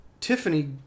Tiffany